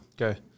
Okay